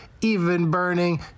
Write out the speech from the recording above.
even-burning